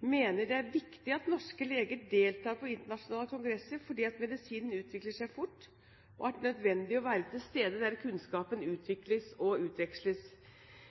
mener det er viktig at norske leger deltar på internasjonale kongresser, fordi medisinen utvikler seg fort, og det er nødvendig å være til stede der kunnskapen utvikles og utveksles.